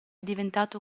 diventato